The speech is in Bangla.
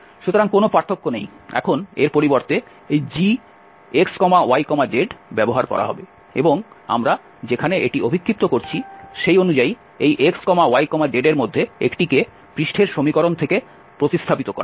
সুতরাং কোনও পার্থক্য নেই এখন এর পরিবর্তে এই gxyzব্যবহার করা হবে এবং আমরা যেখানে এটি অভিক্ষিপ্ত করছি সেই অনুযায়ী এই x y z এর মধ্যে একটিকে পৃষ্ঠের সমীকরণ থেকে প্রতিস্থাপিত করা হবে